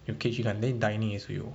有可以去看 then dining 也是有